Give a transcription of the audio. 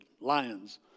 lions